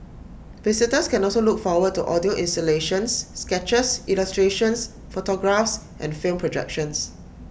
visitors can also look forward to audio installations sketches illustrations photographs and film projections